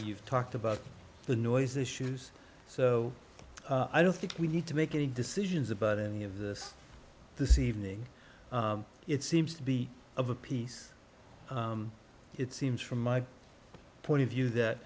you've talked about the noise issues so i don't think we need to make any decisions about any of this this evening it seems to be of a piece it seems from my point of view that